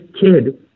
kid